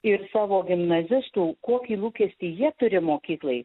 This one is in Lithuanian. ir savo gimnazistų kokį lūkestį jie turi mokyklai